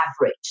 average